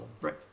Right